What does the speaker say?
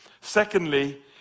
Secondly